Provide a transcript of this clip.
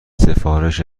سفارش